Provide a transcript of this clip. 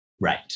right